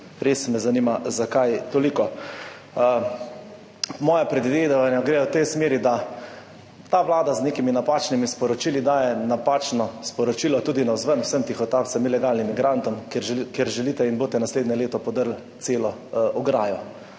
Res me zanima, zakaj toliko. Moja predvidevanja gredo v tej smeri, da ta vlada z nekimi napačnimi sporočili daje napačno sporočilo tudi navzven vsem tihotapcem, ilegalnim migrantom, ker želite in boste naslednje leto podrli celo ograjo.